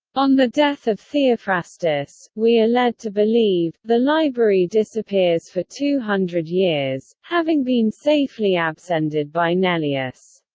on the death of theophrastus, we are led to believe, the library disappears for two hundred years, having been safely abscended by neleus.